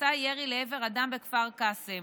בוצע ירי לעבר אדם בכפר קאסם.